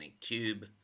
tube